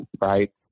right